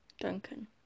Duncan